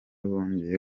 bongeye